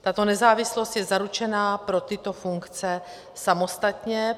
Tato nezávislost je zaručena pro tyto funkce samostatně.